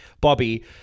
Bobby